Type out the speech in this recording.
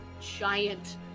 giant